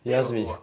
he asks me